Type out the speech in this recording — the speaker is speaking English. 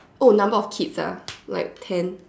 oh number of kids ah like ten